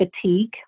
fatigue